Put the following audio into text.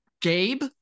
gabe